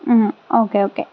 okay okay